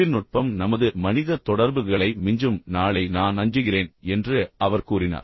தொழில்நுட்பம் நமது மனித தொடர்புகளை மிஞ்சும் நாளை நான் அஞ்சுகிறேன் என்று அவர் கூறினார்